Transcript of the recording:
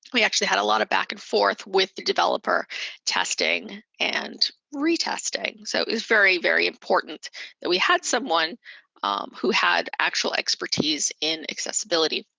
we actually had a lot of back and forth with the developer testing and retesting. so it was very, very important that we had someone who had actual expertise in accessibility.